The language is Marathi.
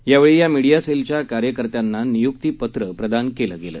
यावेळी या मिडिया सेलच्या कार्यकर्त्यांना नियुक्ती पत्र प्रदान केलं गेलं